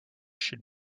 should